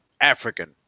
African